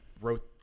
wrote